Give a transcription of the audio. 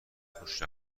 خوش